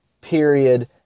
period